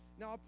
Now